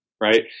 right